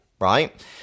right